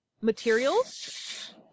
materials